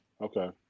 Okay